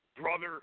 Brother